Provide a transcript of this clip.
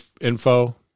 info